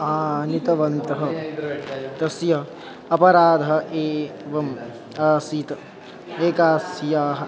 आनितवन्तः तस्य अपराधः एवम् आसीत् एकास्याः